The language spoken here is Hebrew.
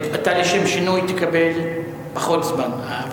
אתה, לשם שינוי, תקבל פחות זמן.